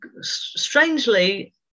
strangely